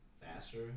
faster